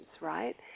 right